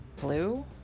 Blue